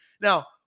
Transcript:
Now